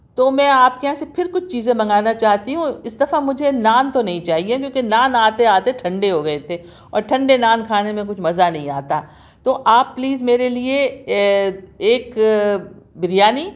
تو میں آپ کے یہاں سے پھر کچھ چیزیں منگانا چاہتی ہوں اس دفعہ مجھے نان تو نہیں چاہیے کیونکہ نان آتے آتے ٹھنڈے ہو گئے تھے اور ٹھنڈے نان کھانے میں کچھ مزہ نہیں آتا تو آپ پلیز میرے لیے ایک بریانی